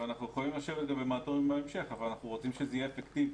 אנחנו יכולים לשבת במרתונים בהמשך אבל אנחנו רוצים שזה יהיה אפקטיבי.